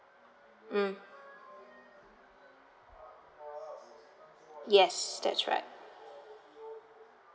mm yes that's right